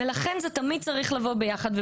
לכן זה תמיד צריך לבוא יחד.